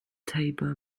tabor